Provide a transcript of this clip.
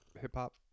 hip-hop